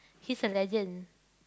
he's a legend